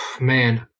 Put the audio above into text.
man